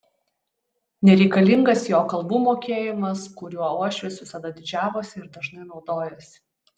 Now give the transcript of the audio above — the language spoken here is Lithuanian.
nereikalingas jo kalbų mokėjimas kuriuo uošvis visada didžiavosi ir dažnai naudojosi